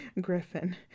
Griffin